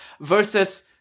versus